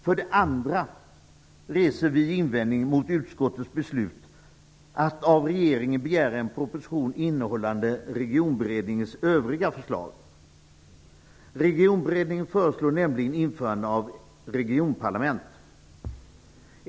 För det andra reser vi invändning mot utskottets beslut att av regeringen begära en proposition innehållande Regionberedningens övriga förslag. Regionberedningen föreslår nämligen införande av regionparlament.